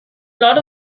lot